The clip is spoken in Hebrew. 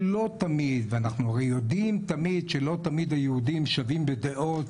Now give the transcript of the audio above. אנחנו הרי יודעים שלא תמיד היהודים שווים בדעות,